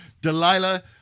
Delilah